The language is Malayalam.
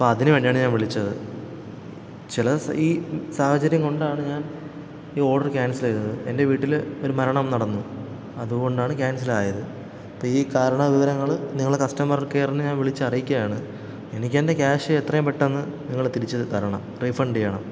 അപ്പം അതിനു വേണ്ടിയാണ് ഞാൻ വിളിച്ചത് ചില ഈ സാഹചര്യം കൊണ്ടാണ് ഞാൻ ഈ ഓഡർ ക്യാൻസൽ ചെയ്തത് എൻ്റെ വീട്ടിൽ ഒരു മരണം നടന്നു അതുകൊണ്ടാണ് ക്യാൻസലായത് അപ്പം ഈ കാരണ വിവരണങ്ങൾ നിങ്ങൾ കസ്റ്റമർ കെയറിനെ ഞാൻ വിളിച്ചറിയിക്കുകയാണ് എനിക്കെൻ്റെ ക്യാഷ് എത്രയും പെട്ടെന്നു നിങ്ങൾ തിരിച്ചു തരണം റീഫണ്ട് ചെയ്യണം